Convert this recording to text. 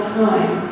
time